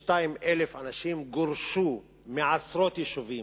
132,000 אנשים גורשו מעשרות יישובים.